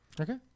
Okay